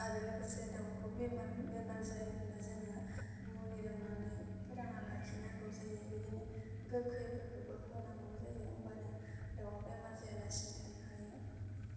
आरो लोगोसे दावखौ बेमार बेमार जायोब्ला जोङो मुलि दौनानै फोथांना लाखिनांगौ जायो बिदिनो गोखैफोरखौबो होनांगौ जायो होनबानो दावआ बेमार जायालासिनो थानो हायो